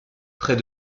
près